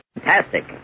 fantastic